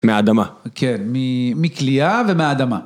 מהאדמה. כן, מקליעה ומהאדמה.